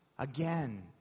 Again